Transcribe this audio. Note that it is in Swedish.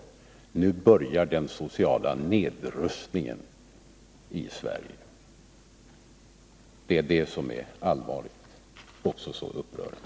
Nu börjar den sociala nedrustningen i Sverige. Det är det som är så allvarligt och upprörande.